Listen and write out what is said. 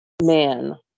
man